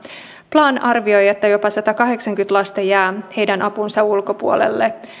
plan arvioi että jopa satakahdeksankymmentä lasta jää heidän apunsa ulkopuolelle